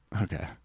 Okay